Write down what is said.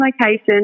location